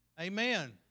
Amen